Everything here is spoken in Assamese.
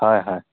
হয় হয়